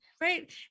Right